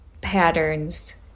patterns